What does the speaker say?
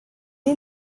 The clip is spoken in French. est